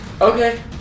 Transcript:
Okay